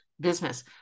business